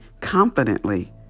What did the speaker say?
confidently